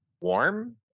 warm